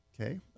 Okay